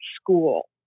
school